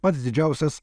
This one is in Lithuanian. pats didžiausias